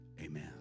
amen